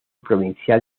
provincial